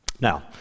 Now